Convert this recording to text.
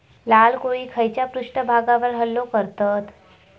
लाल कोळी खैच्या पृष्ठभागावर हल्लो करतत?